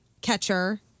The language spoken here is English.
catcher